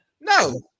No